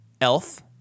elf